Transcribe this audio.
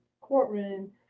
courtroom